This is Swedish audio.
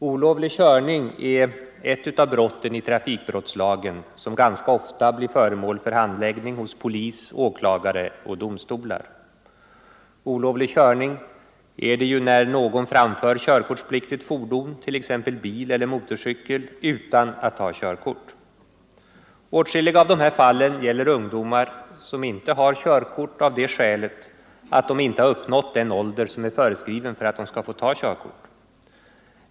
Olovlig körning är ett av brotten i trafikbrottslagen som ganska ofta blir föremål för handläggning hos polis, åklagare och domstolar. Olovlig körning är det ju när någon framför körkortspliktigt fordon, t.ex. bil eller motorcykel, utan att ha körkort. Åtskilliga av dessa fall gäller ungdomar som inte har körkort av det skälet att de inte har uppnått den ålder som är föreskriven för att de skall få ta körkort.